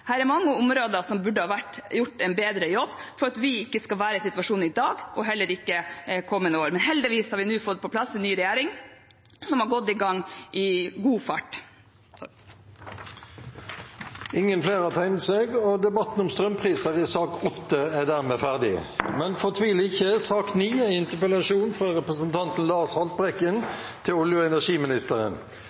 mange områder burde det vært gjort en bedre jobb for at vi ikke skal være i en slik situasjon i dag, og heller ikke i kommende år. Heldigvis har vi nå fått på plass en ny regjering, som har gått i gang – i god fart. Flere har ikke bedt om ordet til sak nr. 8. Som vi så i den forrige debatten, er det flere som ser fram til denne diskusjonen. Denne vinteren har markedskreftene herjet med det norske folk og